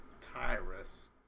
Tyrus